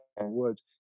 Woods